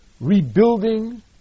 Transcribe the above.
rebuilding